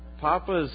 Papa's